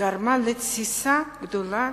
גרמה לתסיסה גדולה